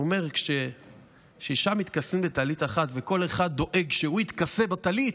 הוא אומר: כששישה מתכסים בטלית אחת וכל אחד דואג שהוא יתכסה בטלית,